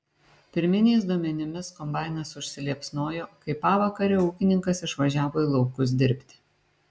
pirminiais duomenimis kombainas užsiliepsnojo kai pavakarę ūkininkas išvažiavo į laukus dirbti